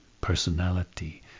personality